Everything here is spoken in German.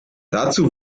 dazu